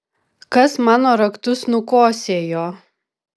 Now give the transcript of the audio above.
kas mano raktus nukosėjo